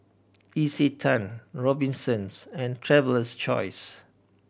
Isetan Robinsons and Traveler's Choice